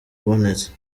ubonetse